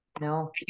no